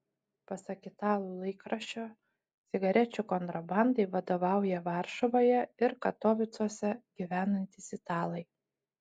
pasak italų laikraščio cigarečių kontrabandai vadovauja varšuvoje ir katovicuose gyvenantys italai